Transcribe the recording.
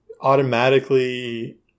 automatically